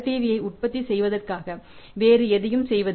V ஐ உற்பத்தி செய்வதற்காக வேறு எதையும் உற்பத்தி செய்யவில்லை